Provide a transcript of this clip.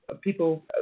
people